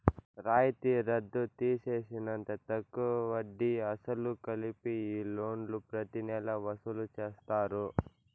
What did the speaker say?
రాయితీ రద్దు తీసేసినంత తక్కువ వడ్డీ, అసలు కలిపి ఈ లోన్లు ప్రతి నెలా వసూలు చేస్తారు